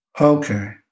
Okay